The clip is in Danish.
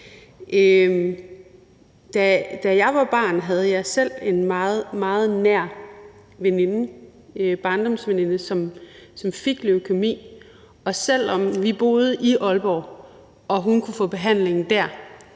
Da jeg var barn, havde jeg selv en meget, meget nær veninde, en barndomsveninde, som fik leukæmi, og selv om vi boede i Aalborg og hun kunne få behandling der,